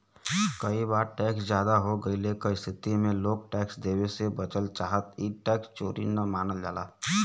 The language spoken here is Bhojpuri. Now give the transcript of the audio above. कई बार टैक्स जादा हो गइले क स्थिति में लोग टैक्स देवे से बचल चाहन ई टैक्स चोरी न मानल जाला